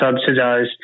subsidized